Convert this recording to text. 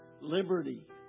liberty